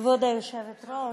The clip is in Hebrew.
כבוד היושבת-ראש,